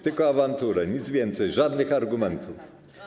Tyko awantury, nic więcej, żadnych argumentów.